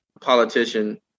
politician